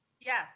Yes